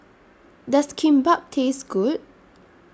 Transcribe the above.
Does Kimbap Taste Good